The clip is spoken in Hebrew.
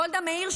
גולדה מאיר,